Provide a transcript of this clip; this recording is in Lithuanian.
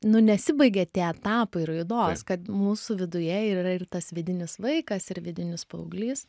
nu nesibaigia tie etapai raidos kad mūsų viduje ir yra ir tas vidinis vaikas ir vidinis paauglys